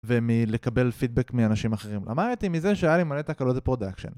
ומלקבל פידבק מאנשים אחרים למדתי מזה שהיה לי מלא תקלות בפרודקשן